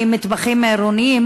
ממטבחים עירוניים,